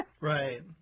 right